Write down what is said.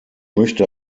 möchte